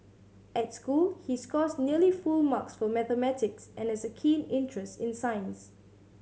at school he scores nearly full marks for mathematics and has a keen interest in science